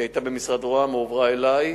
היא היתה במשרד ראש הממשלה והועברה אלי,